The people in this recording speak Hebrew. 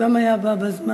הוא גם היה בא בזמן,